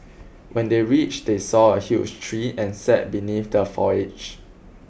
when they reached they saw a huge tree and sat beneath the foliage